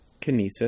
Kinesis